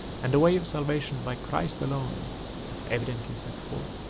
and the way of salvation by christ alone was evidently set forth.